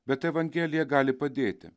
bet evangelija gali padėti